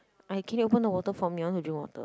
I can you open the water for me I want to drink water